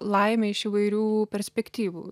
laimę iš įvairių perspektyvų